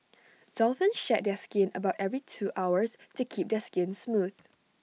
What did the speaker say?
dolphins shed their skin about every two hours to keep their skin smooth